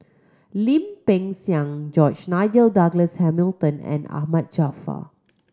Lim Peng Siang George Nigel Douglas Hamilton and Ahmad Jaafar